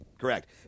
Correct